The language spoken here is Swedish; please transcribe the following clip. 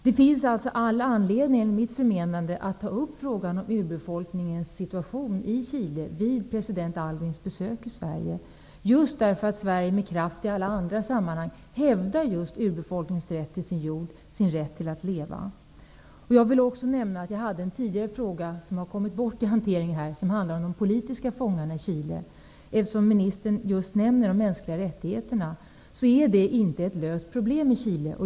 Det finns enligt mitt förmenande all anledning att vid president Aylwins besök i Sverige ta upp frågan om urbefolkningens situation i Chile, just därför att Sverige med kraft i många andra sammanhang hävdar just urbefolkningars rätt till sin jord och rätten att leva. Jag vill också nämna att jag hade ytterligare en fråga, som har kommit bort i hanteringen, vilken handlade om de politiska fångarna i Chile. Eftersom ministern just nämner de mänskliga rättigheterna vill jag säga att detta problem inte är löst i Chile.